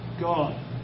God